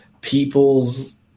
people's